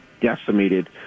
decimated